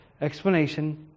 explanation